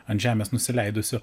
ant žemės nusileidusiu